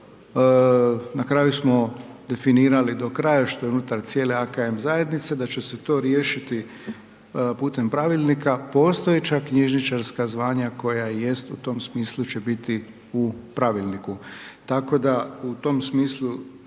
Na kraju smo definirali do kraja što je unutar cijele AKM zajednice da će se to riješiti putem pravilnika. Postojeća knjižničarska zvanja koja jest u tom smislu će biti u pravilniku.